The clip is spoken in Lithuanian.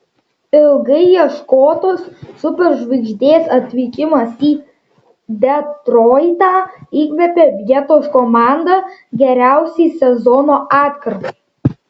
ilgai ieškotos superžvaigždės atvykimas į detroitą įkvėpė vietos komandą geriausiai sezono atkarpai